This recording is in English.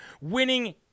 winning